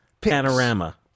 panorama